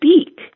speak